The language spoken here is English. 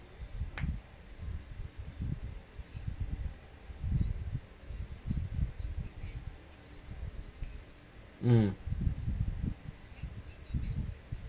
um